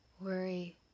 Worry